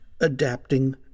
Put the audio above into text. adapting